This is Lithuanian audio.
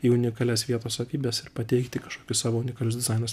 į unikalias vietos savybes ir pateikti kažkokius savo unikalius dizainus